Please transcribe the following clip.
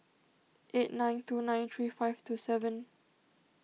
eight nine two nine three five two seven